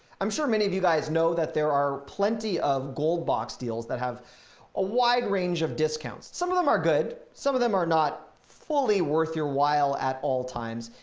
i'm sure many of you guys know that there are plenty of gold box deals that have a wide range of discounts. some of them are good, some of them are not fully worth your while at all times.